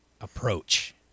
approach